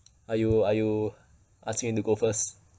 are you are you asking me to go first